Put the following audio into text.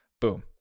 Boom